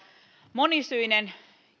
monisyinen